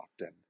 often